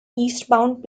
eastbound